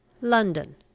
London